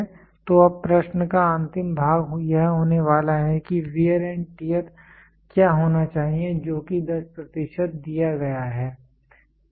तो अब प्रश्न का अंतिम भाग यह होने वाला है कि वेयर एंड टियर क्या होना चाहिए जो कि 10 प्रतिशत दिया गया है ठीक है